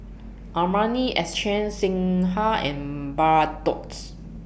Armani Exchange Singha and Bardot's